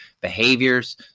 behaviors